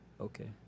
Okay